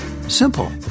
Simple